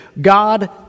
God